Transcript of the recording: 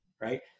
right